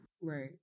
right